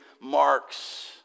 marks